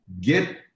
Get